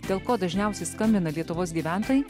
dėl ko dažniausiai skambina lietuvos gyventojai